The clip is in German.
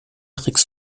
tricks